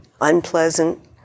unpleasant